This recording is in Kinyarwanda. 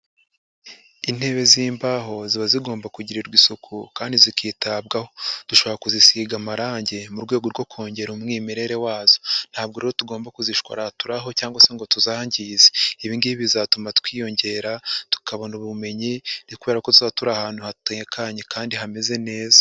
Intebe z'imbaho ziba zigomba kugirirwa isuku kandi zikitabwaho, dushobora kuzisiga amarangi mu rwego rwo kongera umwimerere wazo ntabwo rero tugomba kuzishora turaho cyangwa se ngo tuzangize ibingibi bizatuma twiyongera tukabona ubumenyi kubera ko tuzaba turi ahantu hatekanye kandi hameze neza.